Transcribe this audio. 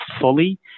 fully